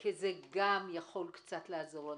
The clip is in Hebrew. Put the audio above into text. כי זה גם יכול לעזור לנו,